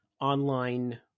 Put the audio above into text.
online